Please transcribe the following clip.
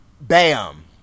Bam